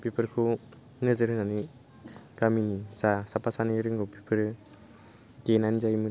बेफोरखौ नोजोर होन्नानै गामिनि जा साफा सानै रोंगौ बेफोरो देनानै जायोमोन